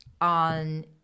on